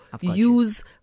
use